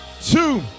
two